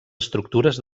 estructures